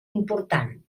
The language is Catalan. important